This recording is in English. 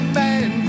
man